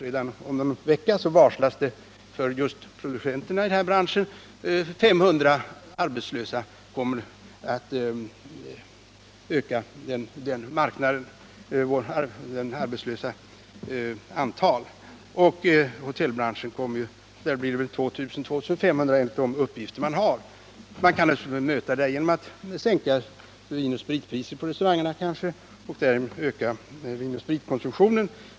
Redan om någon vecka räknar man med att producenterna i den här branschen kommer att varsla 500 anställda om uppsägning. Med den siffran kommer då de arbetslösas antal att öka. I hotellbranschen blir det enligt de uppgifter man har 2 000-2 500. Restaurangerna kan naturligtvis möta det här om möjlighet ges att sänka vinoch spritpriserna och därmed öka vinoch spritkonsumtionen.